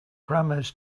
grammars